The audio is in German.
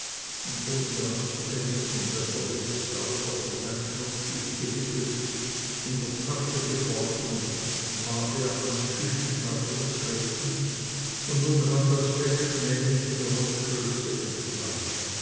und ohne daran zu denken daß er es sauber in sein schnupftuch gewickelt in der tasche geborgen war er ans küchenfeuer getreten und nun rann das fett schmählich die rockschöße entlang